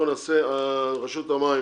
רשות המים,